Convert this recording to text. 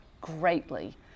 greatly